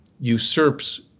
usurps